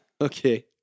Okay